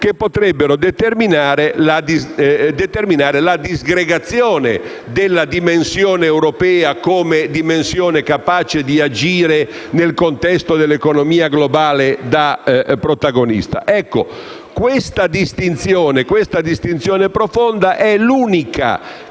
che potrebbero determinare la disgregazione della dimensione europea come dimensione capace di agire nel contesto dell'economia globale da protagonista. Ecco, questa distinzione profonda è l'unica